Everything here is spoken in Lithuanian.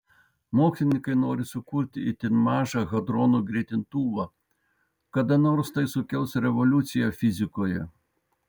mokslininkai nori sukurti itin mažą hadronų greitintuvą kada nors tai sukels revoliuciją fizikoje